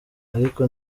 ariko